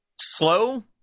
slow